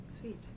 Sweet